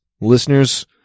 Listeners